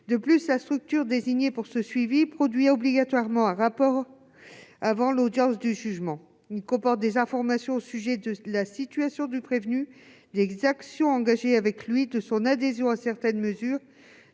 etc. La structure désignée pour ce suivi produira obligatoirement un rapport avant l'audience de jugement, comportant des informations relatives à la situation du prévenu, aux actions engagées avec lui, à son adhésion à certaines mesures,